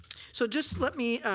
so just let me